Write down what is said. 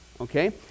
okay